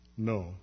No